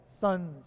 sons